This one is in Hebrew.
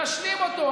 תשלים אותו.